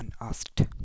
unasked